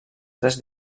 tres